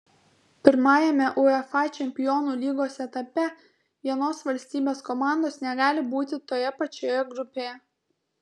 pirmajame uefa čempionų lygos etape vienos valstybės komandos negali būti toje pačioje grupėje